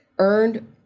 earned